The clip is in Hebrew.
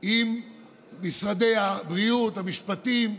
עם משרדי הבריאות, המשפטים,